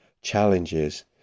challenges